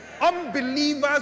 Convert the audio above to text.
unbelievers